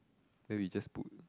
then we just to